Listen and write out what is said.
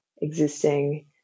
existing